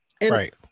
Right